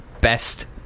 best